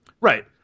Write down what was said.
Right